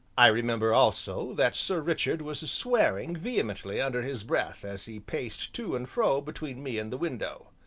i remember also that sir richard was swearing vehemently under his breath as he paced to and fro between me and the window.